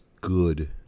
good